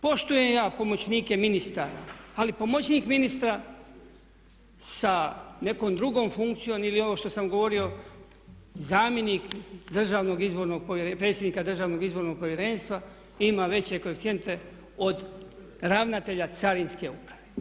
Pazite, poštujem ja pomoćnike ministara ali pomoćnik ministra sa nekom drugom funkcijom ili ovo što sam govorio zamjenik predsjednika Državnog izbornog povjerenstva ima veće koeficijente od ravnatelja Carinske uprave.